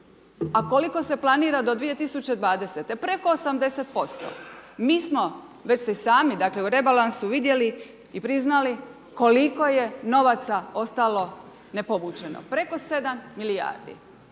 A koliko se planira do 2020. preko 80% mi smo već ste sami dakle u rebalansu vidjeli i priznali koliko je novaca ostalo ne povučeno. Preko 7 milijardi,